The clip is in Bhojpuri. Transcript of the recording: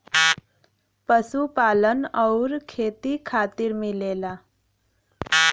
पशुपालन आउर खेती खातिर मिलेला